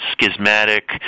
schismatic